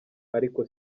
ariko